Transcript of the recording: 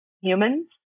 humans